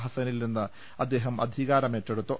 ഹസ്സനിൽ നിന്ന് അദ്ദേഹം അധികാരമേറ്റെടുത്തു